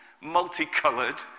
multicolored